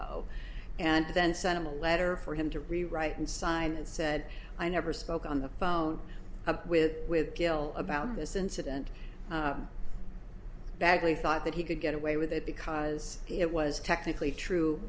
and then send him a letter for him to rewrite and sign and said i never spoke on the phone with with gil about this incident bagley thought that he could get away with it because it was technically true